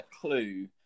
clue